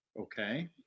Okay